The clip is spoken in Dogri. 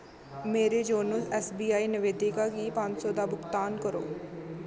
मेरे योनो ऐस्स बी आई नवेदिका गी पंज सौ दा भुगतान करो